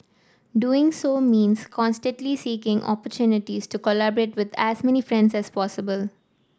doing so means constantly seeking opportunities to collaborate with as many friends as possible